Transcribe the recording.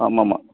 ஆமாம்மா